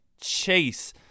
Chase